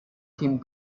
themen